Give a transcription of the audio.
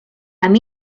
amb